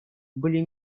были